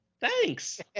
Thanks